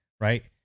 right